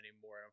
anymore